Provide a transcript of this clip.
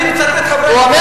אני ממש מצטער לומר,